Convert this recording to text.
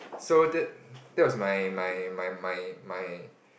so that that was my my my my my my